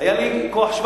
היה לי כוח-17,